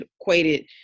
equated